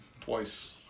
twice